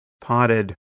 potted